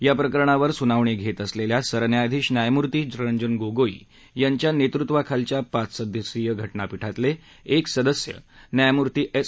या प्रकरणावर सुनावणी घट्टअसलख्खा सरन्यायाधीश न्यायमूर्ती रंजन गोगोई यांच्या नर्सिवाखालच्या पाच सदस्यीय घटनापीठातल एक सदस्य न्यायमुर्ती एस